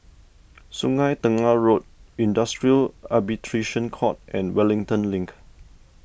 Sungei Tengah Road Industrial Arbitration Court and Wellington Link